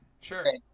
sure